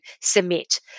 submit